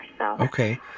Okay